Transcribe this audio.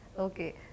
Okay